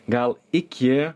gal iki